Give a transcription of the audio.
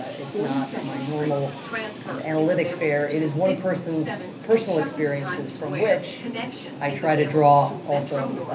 it's not my normal kind of analytic fare. it is one person's personal experiences from which i try to draw, also,